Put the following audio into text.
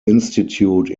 institute